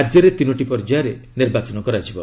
ରାଜ୍ୟରେ ତିନୋଟି ପର୍ଯ୍ୟାୟରେ ନିର୍ବାଚନ ହେବ